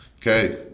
Okay